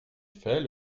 fait